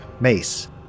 mace